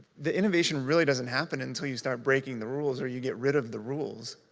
the innovation really doesn't happen until you start breaking the rules, or you get rid of the rules.